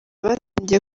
batangiye